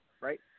right